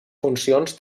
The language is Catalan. funcions